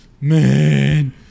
man